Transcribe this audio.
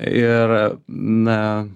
ir na